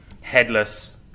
headless